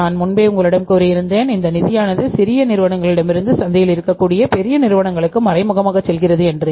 நான் முன்பே உங்களிடம் கூறி இருந்தேன் இந்த நிதியானது சிறிய நிறுவனங்களிடமிருந்து சந்தையில் இருக்கக் கூடிய பெரிய நிறுவனங்களுக்கு மறைமுகமாக செல்கின்றது என்று